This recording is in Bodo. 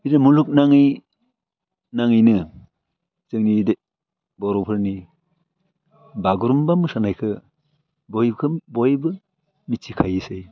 जिथु मुलुगनाङै नाङैनो जोंनि बर'फोरनि बागुरुम्बा मोसानायखो बयखोम बयबो मिथिखायोसै